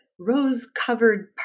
rose-covered